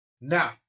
Now